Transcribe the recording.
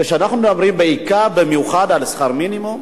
כשאנחנו מדברים במיוחד על שכר מינימום,